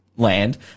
land